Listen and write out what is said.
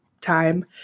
time